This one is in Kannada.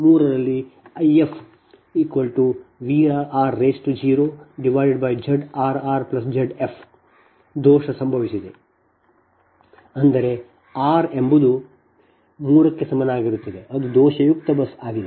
ಆದ್ದರಿಂದ 8 ರ ಸಮೀಕರಣವನ್ನು ಬಳಸಿಕೊಂಡು ನೀವು ಬಸ್ 3 ನಲ್ಲಿ IfVr0ZrrZf ದೋಷ ಸಂಭವಿಸಿದೆ ಅಂದರೆ r ಎಂಬುದು 3 ಕ್ಕೆ ಸಮನಾಗಿರುತ್ತದೆ ಅದು ದೋಷಯುಕ್ತ ಬಸ್ ಆಗಿದೆ